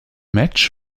match